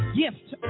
gift